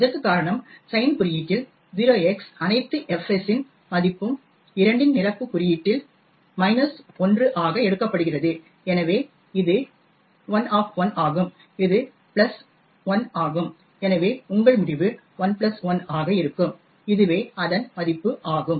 இதற்குக் காரணம் சைன் குறியீட்டில் 0x அனைத்து fs இன் மதிப்பும் இரண்டின் நிரப்பு குறியீட்டில் 1 ஆக எடுக்கப்படுகிறது எனவே இது l ஆஃப் 1 ஆகும் இது பிளஸ் 1 ஆகும் எனவே உங்கள் முடிவு l பிளஸ் 1 ஆக இருக்கும் இதுவே இதன் மதிப்பு ஆகும்